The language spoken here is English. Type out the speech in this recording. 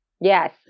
Yes